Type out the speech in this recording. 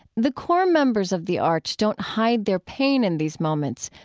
the core members of the arch don't hide their pain in these moments,